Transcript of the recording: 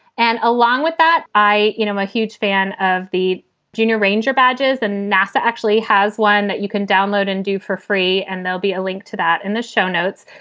and along with that, i you know am a huge fan of the junior ranger badges. and nasa actually has one that you can download and do for free. and there'll be a link to that in the show notes.